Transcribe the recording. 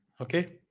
Okay